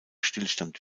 stillstand